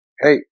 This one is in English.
Hey